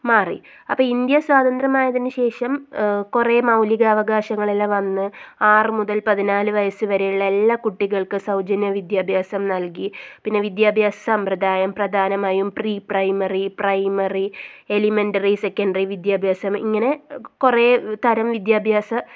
മാറി അപ്പം ഇന്ത്യ സ്വതന്ത്രമായതിന് ശേഷം കുറേ മൗലീകാവകാശങ്ങളെല്ലാം വന്നു ആറ് മുതൽ പതിനാല് വയസ്സ് വരെയുള്ള എല്ലാ കുട്ടികൾക്കും സൗജന്യ വിദ്യാഭ്യാസം നൽകി പിന്നെ വിദ്യാഭ്യാസ സമ്പ്രദായം പ്രധാനമായും പ്രീപ്രൈമറി പ്രൈമറി എലിമെൻറ്ററി സെക്കണ്ടറി വിദ്യാഭ്യാസം ഇങ്ങനെ കുറേ തരം വിദ്യാഭ്യാസ